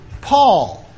Paul